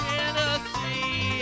Tennessee